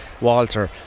walter